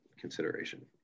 consideration